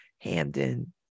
Hamden